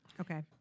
Okay